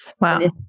Wow